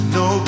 no